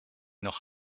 noch